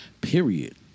period